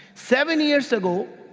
seven years ago,